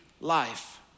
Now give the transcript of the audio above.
life